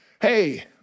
Hey